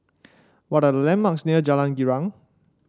what are landmarks near Jalan Girang